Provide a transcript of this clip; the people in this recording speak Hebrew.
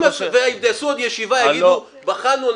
אם יקיימו עוד ישיבה ויגידו: בחנו,